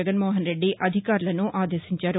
జగన్మోహన్ రెడ్డి అధికారులను ఆదేశించారు